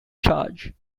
charge